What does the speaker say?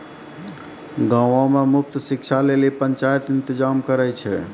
गांवो मे मुफ्त शिक्षा लेली पंचायत इंतजाम करै छै